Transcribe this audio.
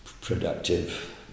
productive